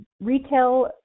Retail